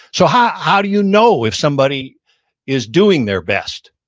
so how how do you know if somebody is doing their best?